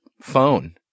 phone